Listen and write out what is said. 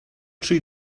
tri